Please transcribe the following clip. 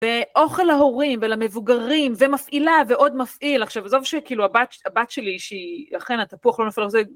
ואוכל להורים ולמבוגרים, ומפעילה ועוד מפעיל. עכשיו, זאת אומרת שכאילו הבת שלי, שהיא, אכן, התפוח לא נפל ר...